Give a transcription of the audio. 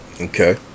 Okay